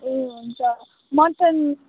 ए हुन्छ मटन